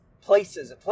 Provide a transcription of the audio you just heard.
places